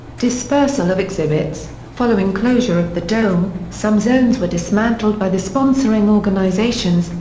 dispersal of exhibits following closure of the dome, some zones were dismantled by the sponsoring organisations,